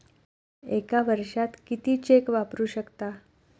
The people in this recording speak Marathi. एका वर्षात किती चेक वापरू शकता?